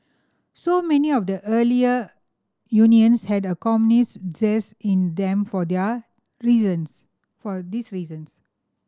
so many of the earlier unions had a communist zest in them for their reasons for this reasons